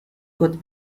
good